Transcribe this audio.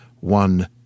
one